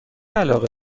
علاقه